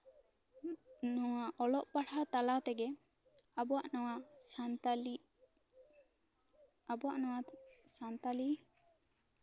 ᱱᱚᱣᱟ ᱚᱞᱚᱜ ᱯᱟᱲᱦᱟᱣ ᱛᱟᱞᱟ ᱛᱮᱜᱮ ᱟᱵᱚᱣᱟᱜ ᱱᱚᱣᱟ ᱥᱟᱱᱛᱟᱲᱤ ᱟᱵᱚᱣᱟᱜ ᱱᱚᱣᱟ ᱥᱟᱱᱛᱟᱲᱤ